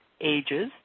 ages